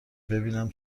ببینیم